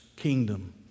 Kingdom